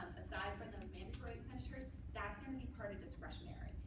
aside from the mandatory expenditures, that's going to be part of discretionary.